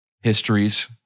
histories